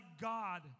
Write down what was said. God